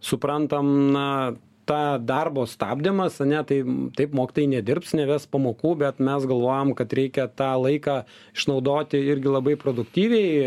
suprantam na tą darbo stabdymas ane tai taip mokytojai nedirbs neves pamokų bet mes galvojam kad reikia tą laiką išnaudoti irgi labai produktyviai